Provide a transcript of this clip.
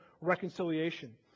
reconciliation